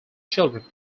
children